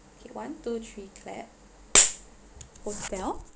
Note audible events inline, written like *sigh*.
okay one two three clap *noise* hotel